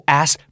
ask